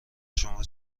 شما